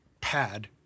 pad